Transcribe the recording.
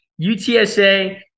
UTSA